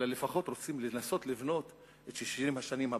אלא לפחות רוצים לנסות לבנות את 60 השנים הבאות.